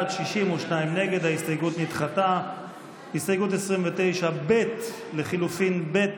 הסתייגות 29 לחלופין א'